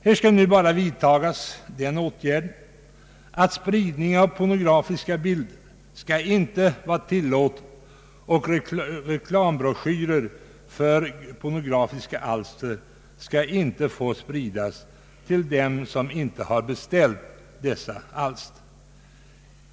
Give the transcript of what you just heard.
Här skall nu bara vidtagas den åtgärden att spridning av pornografiska bilder inte skall vara tillåten, och reklambroschyrer för pornografiska alster skall inte få spridas till dem som inte har beställt dessa alster.